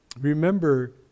remember